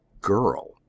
girl